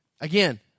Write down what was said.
Again